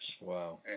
Wow